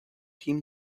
him